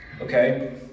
Okay